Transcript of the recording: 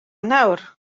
nawr